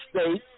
states